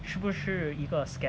是不是一个 scam